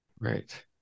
right